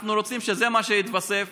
אנחנו רוצים שזה מה שיתווסף,